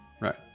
right